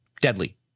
deadly